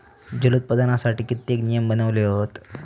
जलोत्पादनासाठी कित्येक नियम बनवले हत